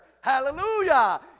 Hallelujah